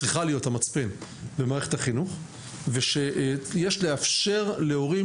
או צריכה להיות המצפן במערכת החינוך ושיש לאפשר להורים